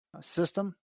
system